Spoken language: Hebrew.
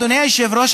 אדוני-היושב-ראש,